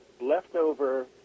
leftover